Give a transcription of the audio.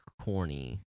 corny